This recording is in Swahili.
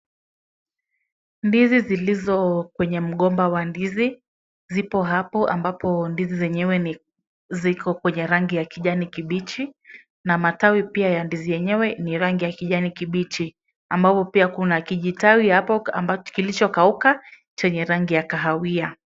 Ndizi zilizo kwenye mgomba wa ndizi, zipo hapo ambapo ndizi zenyewe ni, ziko kwenye rangi ya kijani kibichi na matawi pia ya ndizi yenyewe ni rangi ya kijani kibichi ambapo pia kuna kijitawi hapo ambapo kilichokauka chenye rangi ya kahawia.